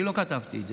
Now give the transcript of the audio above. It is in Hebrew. אני לא כתבתי את זה,